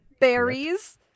berries